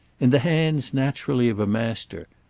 in the hands, naturally, of a master.